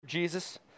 Jesus